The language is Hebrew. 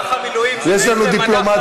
ניפגש, אלעזר, ניפגש.